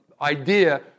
idea